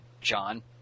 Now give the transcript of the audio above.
John